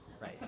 Right